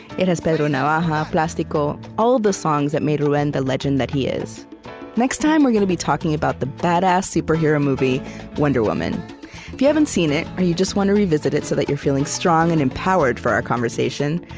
it has pedro navaja, plastico, all of the songs that made ruben the legend that he is next time, we're going to be talking about the badass superhero movie wonder woman. if you haven't seen it, or you just want to revisit it so that you're feeling strong and empowered for our conversation,